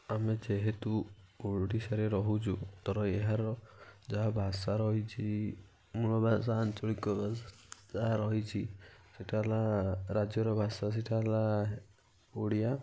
ଆମେ ଯେହେତୁ ଓଡ଼ିଶାରେ ରହୁଛୁ ତ ର ଏହାର ଯାହା ଭାଷା ରହିଛି ମୂଳଭାଷା ଆଞ୍ଚଳିକ ଭାଷା ଯାହା ରହିଛି ସେଇଟା ହେଲା ରାଜ୍ୟ ର ଭାଷା ସେଇଟା ହେଲା ଓଡ଼ିଆ